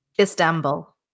Istanbul